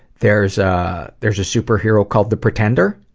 there's ah there's a superhero called the pretender,